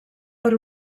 per